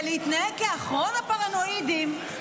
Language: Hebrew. ולהתנהג כאחרון הפרנואידים,